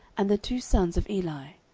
and the two sons of eli,